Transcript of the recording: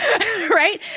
Right